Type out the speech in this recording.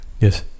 Yes